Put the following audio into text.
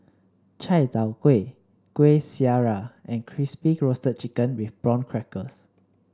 Chai Tow Kway Kueh Syara and Crispy Roasted Chicken with Prawn Crackers